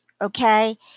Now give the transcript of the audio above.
okay